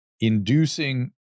inducing